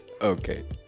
Okay